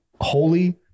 Holy